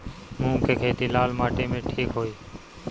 मूंग के खेती लाल माटी मे ठिक होई?